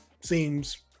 seems